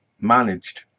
managed